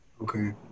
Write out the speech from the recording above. Okay